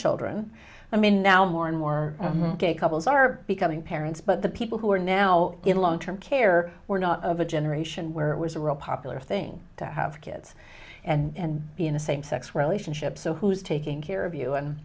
children i mean now more and more gay couples are becoming parents but the people who are now in long term care were not of a generation where it was a real popular thing to have kids and be in a same sex relationship so who's taking care of you and